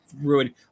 ruined